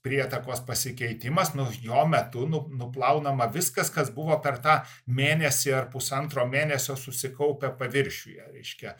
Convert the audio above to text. prietakos pasikeitimas nu jo metu nup nuplaunama viskas kas buvo per tą mėnesį ar pusantro mėnesio susikaupę paviršiuje reiškia